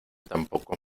tampoco